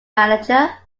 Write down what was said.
manager